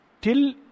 till